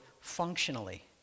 functionally